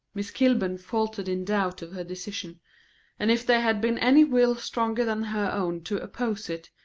miss kilburn faltered in doubt of her decision and if there had been any will stronger than her own to oppose it,